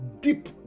deep